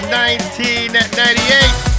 1998